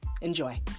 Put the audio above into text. Enjoy